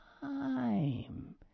time